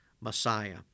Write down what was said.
Messiah